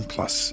Plus